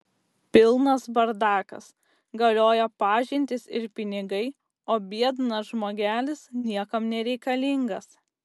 pilnas bardakas galioja pažintys ir pinigai o biednas žmogelis niekam nereikalingas